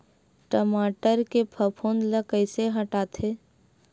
टमाटर के फफूंद ल कइसे हटाथे?